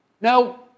Now